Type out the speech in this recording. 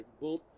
boom